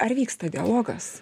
ar vyksta dialogas